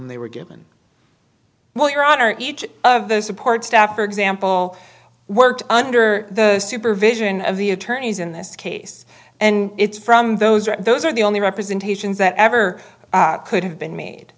whom they were given well your honor each of the support staff for example worked under the supervision of the attorneys in this case and it's from those are those are the only representations that ever could have been made